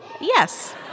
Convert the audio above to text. Yes